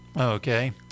Okay